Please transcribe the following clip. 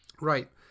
Right